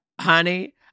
honey